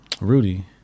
Rudy